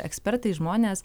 ekspertai žmonės